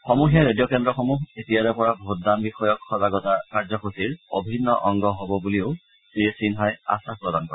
সমূহীয়া ৰেডিঅ' কেন্দ্ৰসমূহ এতিয়াৰে পৰা ভোটদান বিষয়ক সজাগতা কাৰ্যসূচীৰ অভিন্ন অংগ হব বুলিও শ্ৰীসিন্হাই আধাস প্ৰদান কৰে